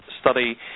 study